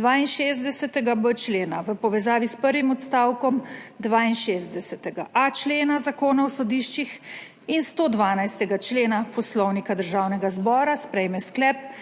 62.b člena v povezavi s prvim odstavkom 62.a člena Zakona o sodiščih in 112. člena Poslovnika Državnega zbora sprejme sklep,